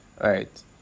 right